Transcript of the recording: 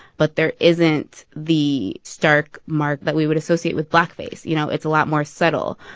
but there isn't the stark mark that we would associate with blackface. you know, it's a lot more subtle.